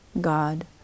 God